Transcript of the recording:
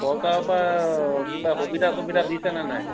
চৰকাৰৰ পৰা কিবা সুবিধা চুবিধা দিছেনে নাই